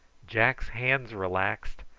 jack's hands relaxed,